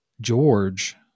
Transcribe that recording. George